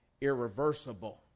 irreversible